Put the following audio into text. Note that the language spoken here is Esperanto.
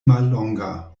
mallonga